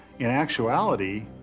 in actuality,